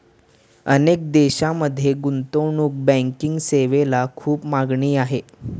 अनेक देशांमध्ये गुंतवणूक बँकिंग सेवेला खूप मागणी आहे